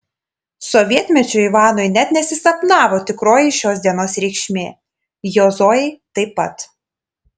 sovietmečiu ivanui net nesisapnavo tikroji šios dienos reikšmė jo zojai taip pat